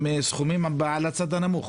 אני חושב שהסכומים כאן הם על הצד הנמוך.